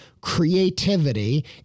creativity